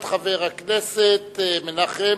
את חבר הכנסת מנחם